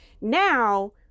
now